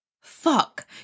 fuck